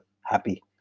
happy